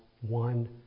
one